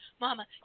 mama